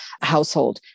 household